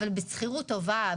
אבל בשכירות טובה,